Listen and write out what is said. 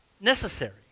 necessary